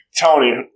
Tony